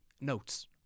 notes